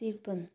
त्रिपन्न